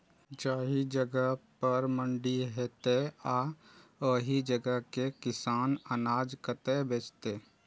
जाहि जगह पर मंडी हैते आ ओहि जगह के किसान अनाज कतय बेचते?